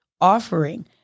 offering